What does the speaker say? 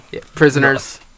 prisoners